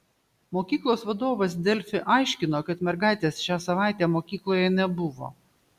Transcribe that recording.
mokyklos vadovas delfi aiškino kad mergaitės šią savaitę mokykloje nebuvo